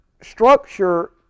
structure